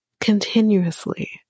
continuously